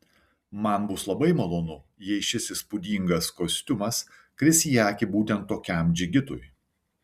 man bus labai malonu jei šis įspūdingas kostiumas kris į akį būtent tokiam džigitui